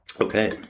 Okay